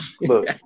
Look